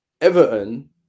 Everton